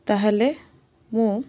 ତାହାଲେ ମୁଁ